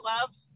love